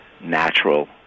natural